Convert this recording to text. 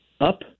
up